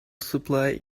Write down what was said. supply